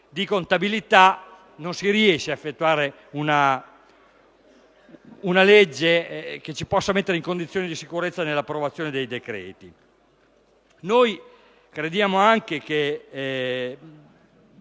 di contabilità non si riesca a realizzare una legge che ci possa mettere in condizioni di sicurezza nell'approvazione dei decreti. Riteniamo inoltre che